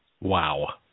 Wow